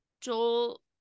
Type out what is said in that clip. Joel